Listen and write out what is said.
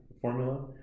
formula